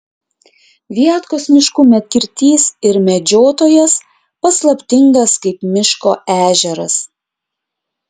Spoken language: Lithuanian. viatkos miškų medkirtys ir medžiotojas paslaptingas kaip miško ežeras